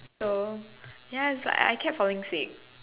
so yes but I I kept falling sick